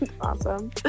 Awesome